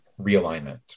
realignment